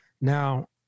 Now